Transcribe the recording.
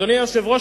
אדוני היושב-ראש,